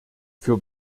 für